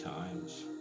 times